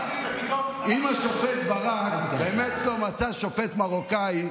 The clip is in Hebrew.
אם השופט ברק באמת לא מצא שופט מרוקאי,